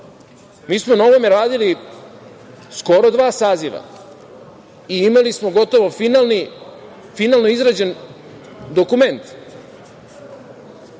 Mi smo na ovome radili skoro dva saziva i imali smo gotovo finalno izrađen dokument.